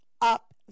up